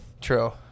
True